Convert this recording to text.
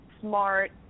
smart